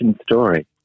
story